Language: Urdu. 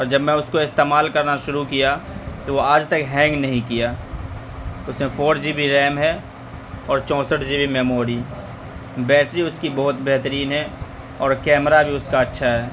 اور جب میں اس کو استعمال کرنا شروع کیا تو وہ آج تک ہینگ نہیں کیا اس میں فور جی بی ریم ہے اور چوسٹ جی بی میموری بیٹری اس کی بہت بہترین ہے اور کیمرہ بھی اس کا اچھا ہے